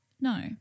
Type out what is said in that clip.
No